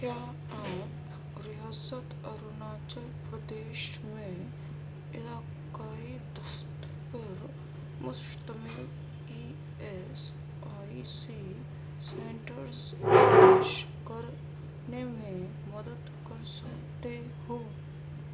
کیا آپ ریاست اروناچل پردیش میں علاقائی دفتر پر مشتمل E S I C centres تلاش کرنے میں مدد کر سکتے ہو